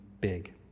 big